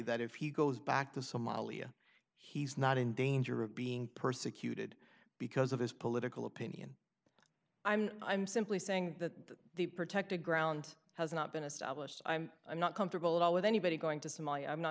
that if he goes back to somalia he's not in danger of being persecuted because of his political opinion i'm simply saying that the protected ground has not been established i'm i'm not comfortable at all with anybody going to